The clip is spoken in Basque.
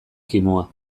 kimua